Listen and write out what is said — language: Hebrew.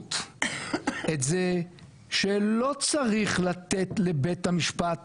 ברצינות את זה שלא צריך לתת לבית המשפט